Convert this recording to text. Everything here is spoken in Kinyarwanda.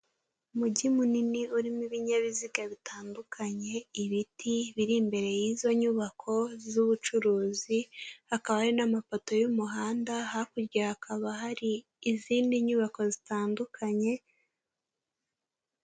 Umujyi munini urimo ibinyabiziga bitandukanye, ibiti biri imbere y'izo nyubako z'ubucuruzi, hakaba hari n'amapoto y'umuhanda, hakurya hakaba hari n'izindi nyubako zitandukanye.